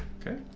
Okay